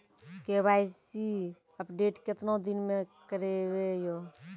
KYC update केतना दिन मे करेबे यो?